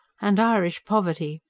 and irish poverty.